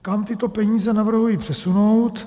Kam tyto peníze navrhuji přesunout?